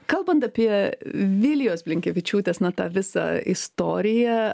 kalbant apie vilijos blinkevičiūtės na tą visą istoriją